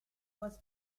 was